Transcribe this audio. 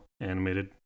animated